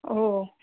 हो